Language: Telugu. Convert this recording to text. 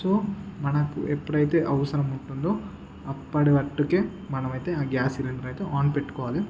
సో మనకు ఎప్పుడైతే అవసరం ఉంటుందో అప్పడిమటికే మనమైతే ఆ గ్యాస్ సిలిండైతే ఆన్ పెట్టుకోవాలి